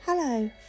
Hello